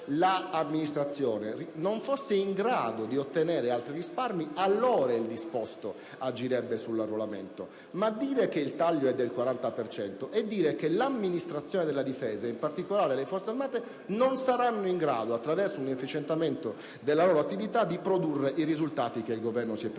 se l'amministrazione non fosse in grado di ottenere altri risparmi, il disposto agirebbe sull'arruolamento; ma dire che il taglio è del 40 per cento equivale a sostenere che l'amministrazione della difesa, in particolare le Forze armate, non saranno in grado, attraverso un efficientamento della loro attività, di produrre i risultati che il Governo si è prefisso.